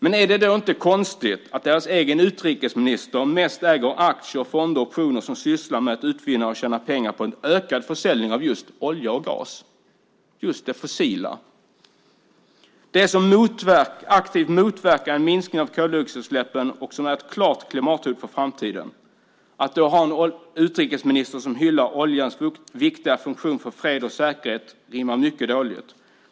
Men är det då inte konstigt att deras egen utrikesminister mest äger aktier, fonder och optioner i företag som sysslar med att utvinna och tjäna pengar på en ökad försäljning av just olja och gas, just de fossila, det som aktivt motverkar en minskning av koldioxidutsläppen och som är ett klart klimathot för framtiden? Att då ha en utrikesminister som hyllar oljans viktiga funktion för fred och säkerhet rimmar mycket dåligt.